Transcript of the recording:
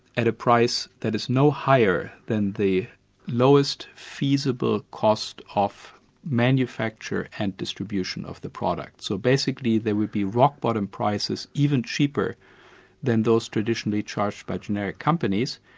at a price that is no higher than the lowest feasible cost of manufacture and distribution of the product. so basically there would be rock-bottom prices even cheaper than those traditionally charged by generic companies,